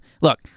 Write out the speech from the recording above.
look